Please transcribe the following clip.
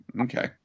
okay